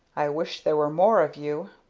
i wish there were more of you!